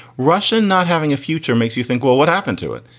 russian not having a future makes you think, well, what happened to it?